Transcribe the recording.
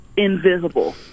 invisible